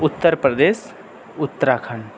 Uttar Pradesh Uttarakhand